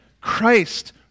Christ